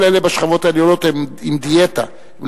כל אלה בשכבות העליונות הם עם דיאטה.